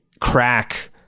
crack